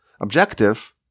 objective